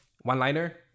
one-liner